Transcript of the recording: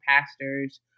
pastors